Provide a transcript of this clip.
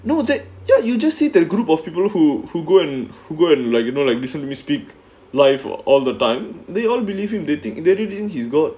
no did you just see that group of people who who go and go and like you know like listen him me speak life or all the time they all believe him they think that he really is god